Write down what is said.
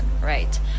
right